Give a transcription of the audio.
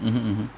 mmhmm mmhmm